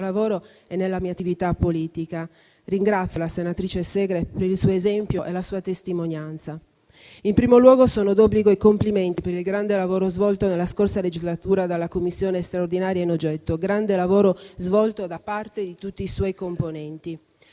lavoro e nella mia attività politica, e che ringrazio per il suo esempio e la sua testimonianza. In primo luogo, sono d'obbligo i complimenti per il grande lavoro svolto nella scorsa legislatura dalla Commissione straordinaria in oggetto, grande lavoro svolto da parte di tutti i suoi componenti.